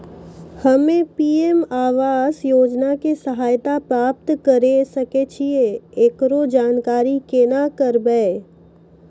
हम्मे पी.एम आवास योजना के सहायता प्राप्त करें सकय छियै, एकरो जानकारी केना करबै?